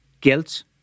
guilt